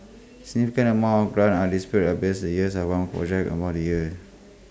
significant amounts of grants are disbursed best years I want projects among the year